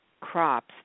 crops